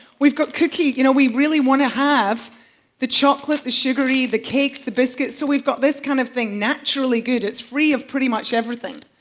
we've got cookie. you know, we really wanna have the chocolate, the sugary, the cakes, the biscuits, so we've got this kind of thing naturally good. it's free of pretty much everything.